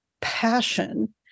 passion